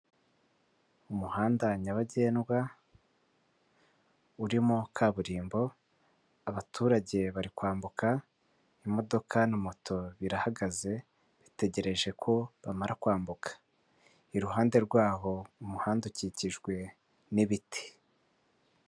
Umuhanda nyabagendwa, urimo kaburimbo, abaturage bari kwambuka, imodoka na moto birahagaze bitegereje ko bamara kwambuka, iruhande rwaho umuhanda ukikijwe n'ibiti.